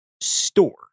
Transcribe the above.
store